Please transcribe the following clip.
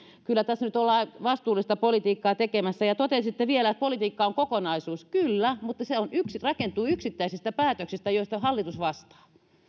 kyllä tässä nyt ollaan vastuullista politiikkaa tekemässä totesitte vielä että politiikka on kokonaisuus kyllä mutta se rakentuu yksittäisistä päätöksistä joista hallitus vastaa